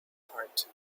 heart